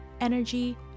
energy